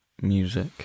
music